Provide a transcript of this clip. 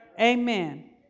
amen